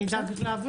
נדאג להעביר לך.